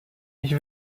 ich